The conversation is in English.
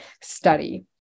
study